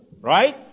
Right